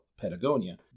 Patagonia